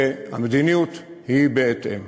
והמדיניות היא בהתאם.